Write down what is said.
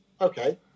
Okay